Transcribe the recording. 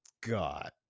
God